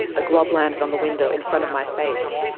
a glob landed on the window in front of my face.